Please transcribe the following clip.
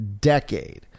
decade